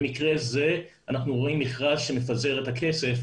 במקרה זה, אנחנו רואים מכרז שמפזר את הכסף,